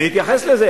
אני אתייחס לזה.